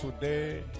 today